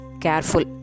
careful